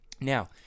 Now